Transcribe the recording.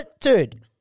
dude